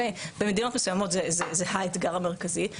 במדינות מסוימות זה האתגר המרכזי,